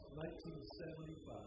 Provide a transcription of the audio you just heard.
1975